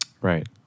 Right